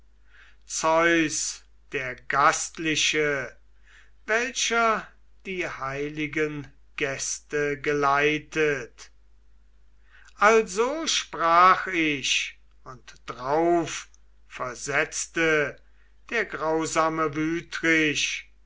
zeus der gastliche welcher die heiligen gäste geleitet also sprach ich und drauf versetzte der grausame wütrich